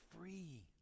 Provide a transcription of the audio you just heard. free